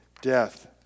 death